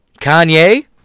Kanye